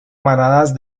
manadas